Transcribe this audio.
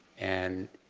and